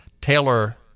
Taylor